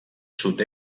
sud